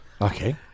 Okay